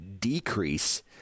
decrease